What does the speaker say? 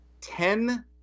Ten